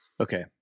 Okay